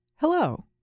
Hello